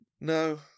No